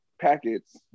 packets